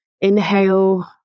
inhale